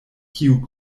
kiu